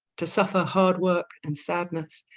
to suffer hard work, and sadness,